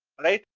right?